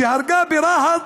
שהרגה ברהט